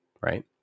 right